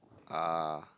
ah